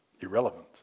Irrelevant